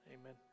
Amen